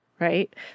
right